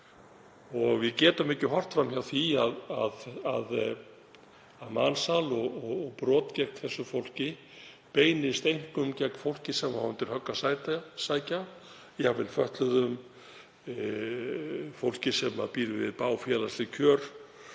Við getum ekki horft fram hjá því að mansal og brot gegn þessu fólki beinist einkum að fólki sem á undir högg að sækja, jafnvel fötluðum, fólki sem býr við bág félagsleg kjör.